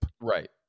Right